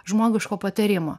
žmogiško patarimo